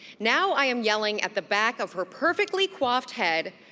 now i am yelling at the back of her perfectly coiffed head,